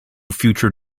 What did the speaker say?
future